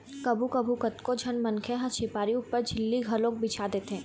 कभू कभू कतको झन मनखे ह झिपारी ऊपर झिल्ली घलोक बिछा देथे